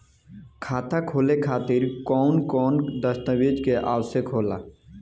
खाता खोले खातिर कौन कौन दस्तावेज के आवश्यक होला?